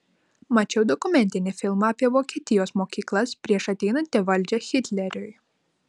mačiau dokumentinį filmą apie vokietijos mokyklas prieš ateinant į valdžią hitleriui